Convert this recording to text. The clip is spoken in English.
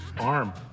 Arm